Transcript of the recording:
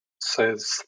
says